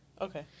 okay